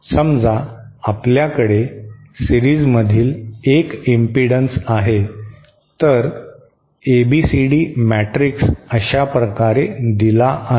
समजा आपल्याकडे सिरीजमधील एक इम्पिडन्स आहे तर एबीसीडी मॅट्रिक्स अशाप्रकारे दिला आहे